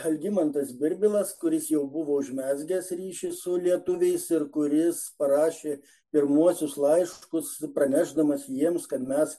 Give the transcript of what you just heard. algimantas birbilas kuris jau buvo užmezgęs ryšį su lietuviais ir kuris parašė pirmuosius laiškus pranešdamas jiems kad mes